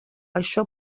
això